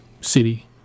city